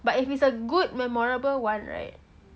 but if it's a good memorable one right